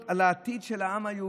היה אכפת לו העתיד של העם היהודי,